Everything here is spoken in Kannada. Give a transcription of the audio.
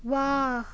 ವಾಹ್